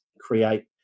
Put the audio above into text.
create